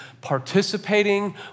participating